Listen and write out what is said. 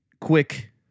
quick